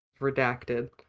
redacted